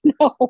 no